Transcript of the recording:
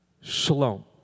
shalom